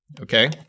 okay